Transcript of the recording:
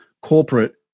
corporate